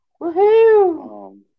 Woohoo